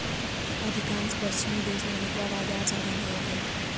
अधिकांश पश्चिमी देश में मुद्रा बजार साधन होबा हइ